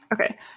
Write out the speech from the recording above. Okay